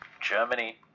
Germany